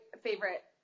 favorite